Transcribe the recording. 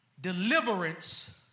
Deliverance